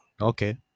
Okay